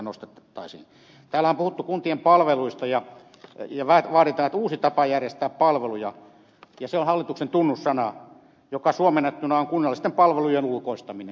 täällä on puhuttu kuntien palveluista ja vaaditaan että tulee uusi tapa järjestää palveluja ja se on hallituksen tunnussana joka suomennettuna on kunnallisten palvelujen ulkoistaminen